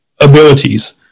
abilities